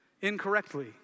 incorrectly